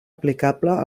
aplicable